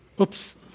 Oops